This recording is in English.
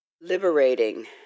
liberating